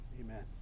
Amen